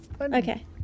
Okay